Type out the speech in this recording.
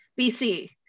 bc